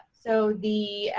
so the